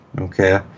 Okay